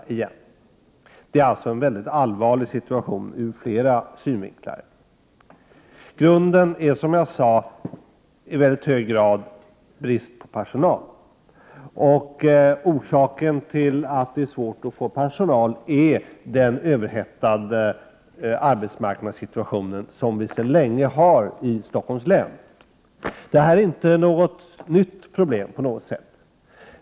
Situationen är alltså mycket allvarlig ur flera synvinklar. Grunden till krisen är, som jag sade, i mycket hög grad bristen på personal. Orsaken till att det är svårt att rekrytera personal är den sedan länge överhettade arbetsmarknadssituationen i Stockholms län. Detta är på intet sätt ett nytt problem.